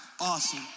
Awesome